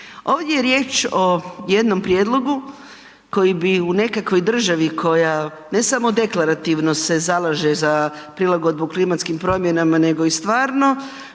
Ovdje je riječ o jednom prijedlogu koji bi u nekakvoj državi koja, ne samo deklarativno se zalaže za prilagodbu klimatskim promjenama nego i stvarno,